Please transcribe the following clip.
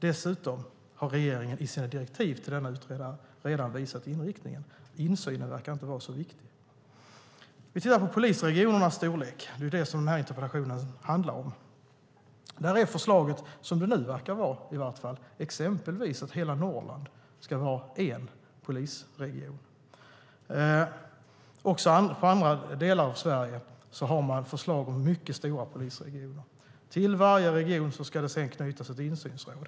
Dessutom har regeringen i sina direktiv till denna utredare redan visat inriktningen. Insynen verkar inte vara så viktig. Den här interpellationen handlar om polisregionernas storlek. Förslaget, som det nu verkar vara i vart fall, är att exempelvis hela Norrland ska vara en polisregion. Också när det gäller andra delar av Sverige har man förslag om mycket stora polisregioner. Till varje region ska det sedan knytas ett insynsråd.